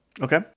Okay